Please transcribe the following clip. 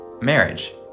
Marriage